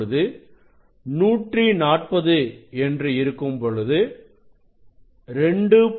இப்பொழுது 140 என்று இருக்கும்பொழுது 2